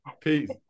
Peace